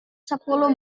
sepuluh